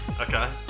Okay